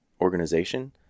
organization